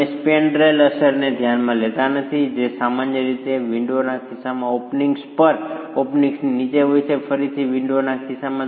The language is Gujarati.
તમે સ્પેન્ડ્રેલની અસરને ધ્યાનમાં લેતા નથી જે સામાન્ય રીતે વિન્ડોના કિસ્સામાં ઓપનિંગ્સની ઉપર અને ઓપનિંગ્સની નીચે હોય છે ફરીથી વિન્ડોના કિસ્સામાં